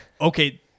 Okay